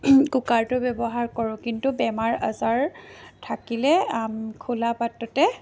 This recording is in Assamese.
কুকাৰটো ব্যৱহাৰ কৰোঁ কিন্তু বেমাৰ আজাৰ থাকিলে খোলা পাত্ৰতে